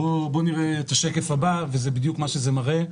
בוא נראה את השקף הבא, וזה בדיוק מה שהוא מראה.